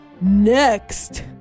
Next